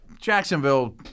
Jacksonville